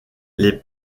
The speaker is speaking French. les